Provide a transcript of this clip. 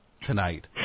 tonight